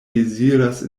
deziras